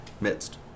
Midst